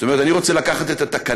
זאת אומרת, אני רוצה לקחת את התקנות